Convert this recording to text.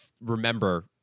remember